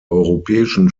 europäischen